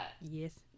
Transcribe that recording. Yes